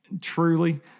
truly